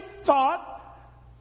thought